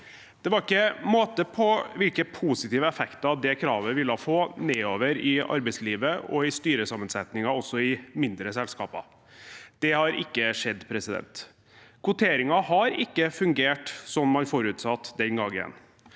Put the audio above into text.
Det var ikke måte på hvilke positive effekter det kravet ville få nedover i arbeidslivet og i styresammensetninger, også i mindre selskaper. Det har ikke skjedd. Kvoteringen har ikke fungert som man forutsatte den gangen.